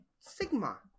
Sigma